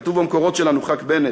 כתוב במקורות שלנו, חבר הכנסת בנט.